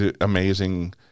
amazing